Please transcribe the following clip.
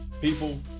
People